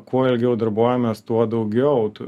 kuo ilgiau darbuojamės tuo daugiau tų